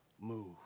move